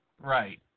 Right